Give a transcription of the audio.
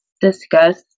discuss